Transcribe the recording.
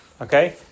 Okay